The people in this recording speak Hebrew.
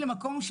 להעלות אותו,